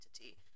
entity